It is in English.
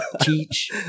teach